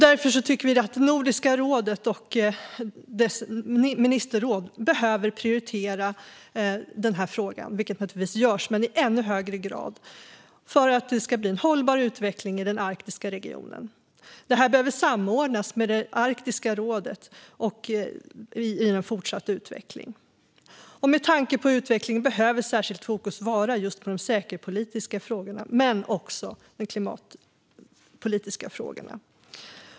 Därför tycker vi att Nordiska rådet och dess ministerråd behöver prioritera den frågan, vilket naturligtvis görs, i ännu högre grad för att det ska bli en hållbar utveckling i den arktiska regionen. Det behöver samordnas med Arktiska rådet i den fortsatta utvecklingen. Med tanke på utvecklingen behöver särskilt fokus vara på de säkerhetspolitiska frågorna men också de klimatpolitiska frågorna.